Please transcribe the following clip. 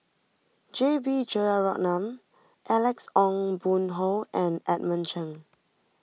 J B Jeyaretnam Alex Ong Boon Hau and Edmund Cheng